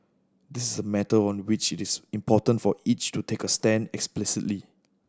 this is a matter on which it is important for each to take a stand explicitly